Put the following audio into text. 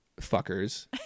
fuckers